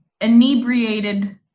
inebriated